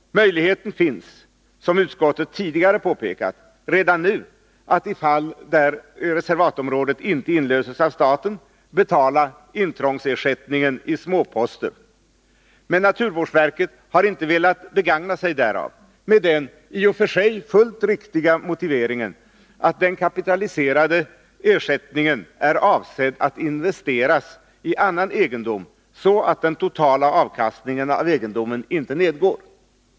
Möjligheten finns, som utskottet tidigare har påpekat, redan nu att i fall där reservatområdet inte inlöses av staten betala intrångsersättningen i småpos 57 ter. Men naturvårdsverket har inte begagnat sig därav med den i och för sig fullt riktiga motiveringen att den kapitaliserade ersättningen är avsedd att investeras i annan egendom, så att den totala avkastningen av egendomen inte nedgår.